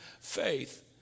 faith